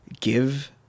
give